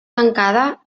tancada